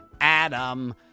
Adam